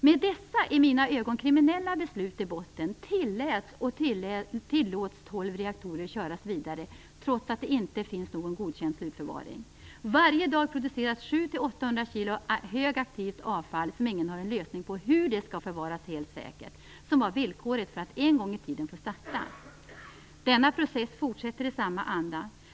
Med dessa i mina ögon kriminella beslut i botten tilläts och tillåts tolv reaktorer köras vidare, trots att det inte finns någon godkänd slutförvaring. Varje dag produceras 700-800 kg högaktivt avfall. Ingen har en lösning på hur det skall förvaras helt säkert, vilket var villkoret för att en gång i tiden få starta. Denna process fortsätter i samma anda.